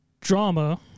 drama